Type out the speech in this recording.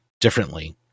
differently